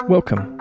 Welcome